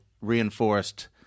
reinforced